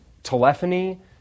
telephony